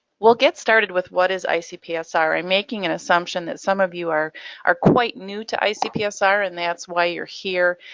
we'll get started with what is icpsr? i'm making an assumption that some of you are are quite new to icpsr and that's why you're here.